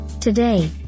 Today